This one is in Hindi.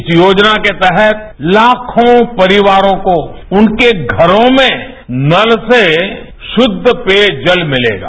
इस योजना के तहत लाखों परिवारों को उनके घरों में नल से शुद्ध पेय जल मिलेगा